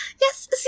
yes